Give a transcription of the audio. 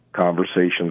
conversations